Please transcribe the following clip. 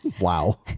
wow